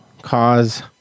cause